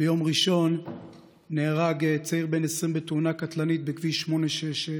ביום ראשון נהרג צעיר בן 20 בתאונה קטלנית בכביש 866,